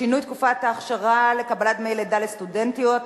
שינוי תקופת אכשרה לקבלת דמי לידה לסטודנטיות),